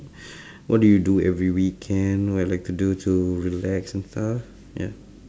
what do you do every weekend what you like to do to relax and stuff ya